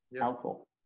alcohol